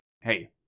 Hey